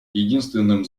единственным